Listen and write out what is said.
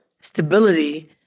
stability